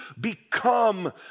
become